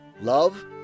love